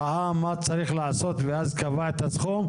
ראה מה צריך לעשות ואז קבע את הסכום,